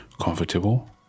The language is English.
comfortable